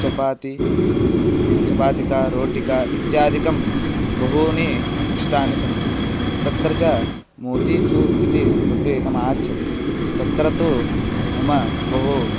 चपाति चपातिका रोटिका इत्यादिकं बहूनि इष्टानि सन्ति तत्र च मूतीचूर् इति लड्डु एकमाच्छति तत्र तु मम बहु